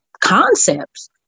concepts